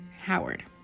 Howard